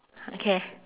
okay